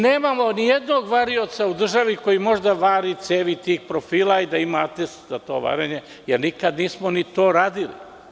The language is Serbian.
Nemamo nijednog varioca u državi koji može da vari cevi tih profila i da ima atest za to varenje jer nikada nismo to radili.